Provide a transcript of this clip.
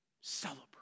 Celebrate